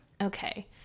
Okay